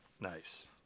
Nice